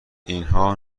اینها